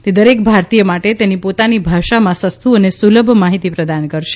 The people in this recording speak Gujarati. તે દરેક ભારતીય માટે તેની પોતાની ભાષામાં સસ્તું અને સુલભ માહિતી પ્રદાન કરશે